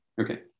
Okay